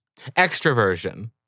Extroversion